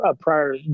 prior